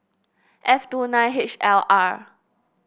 F two nine H L R